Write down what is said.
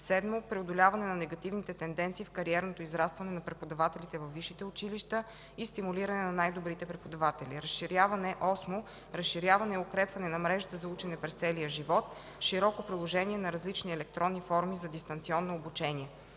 7. Преодоляване на негативните тенденции в кариерното израстване на преподавателите във висшите училища и стимулиране на най-добрите преподаватели. 8. Разширяване и укрепване на мрежата за учене през целия живот; широко приложение на различни електронни форми за дистанционно обучение.